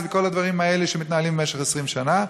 וכל הדברים האלה שמתנהלים במשך 20 שנה,